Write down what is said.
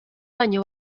año